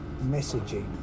messaging